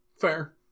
Fair